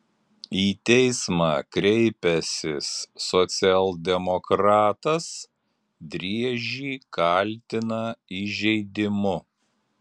į teismą kreipęsis socialdemokratas driežį kaltina įžeidimu